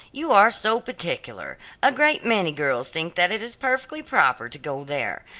you are so particular a great many girls think that it is perfectly proper to go there,